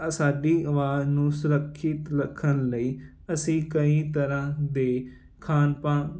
ਆ ਸਾਡੀ ਆਵਾਜ਼ ਨੂੰ ਸੁਰੱਖਿਅਤ ਰੱਖਣ ਲਈ ਅਸੀਂ ਕਈ ਤਰ੍ਹਾਂ ਦੇ ਖਾਣ ਪਾਣ